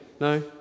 no